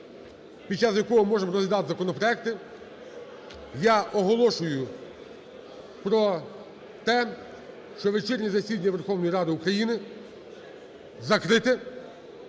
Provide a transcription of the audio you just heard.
під час якого можемо розглядати законопроекти, я оголошую про те, що вечірнє засідання Верховної Ради України закрите.